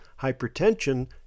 hypertension